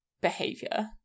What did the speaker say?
behavior